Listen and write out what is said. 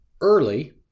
early